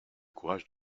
courage